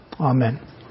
amen